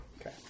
Okay